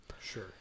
Sure